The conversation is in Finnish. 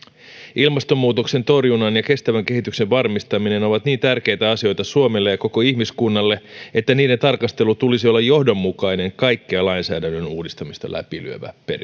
ilmastonmuutoksen torjunnan ja kestävän kehityksen varmistaminen ovat niin tärkeitä asioita suomelle ja koko ihmiskunnalle että niiden tarkastelun tulisi olla johdonmukainen kaikkea lainsäädännön uudistamista läpi lyövä